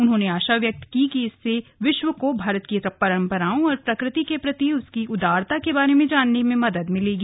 उन्होंने आशा व्यक्त की कि इससे विश्व को भारत की परंपराओं और प्रकृति के प्रति उसकी उदारता के बारे में जानने में मदद मिलेगी